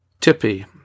Tippy